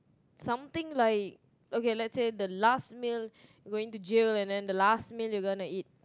something like let's say the last the meal going to jail and then the last meal you're going to eat